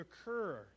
occur